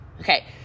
Okay